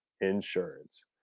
insurance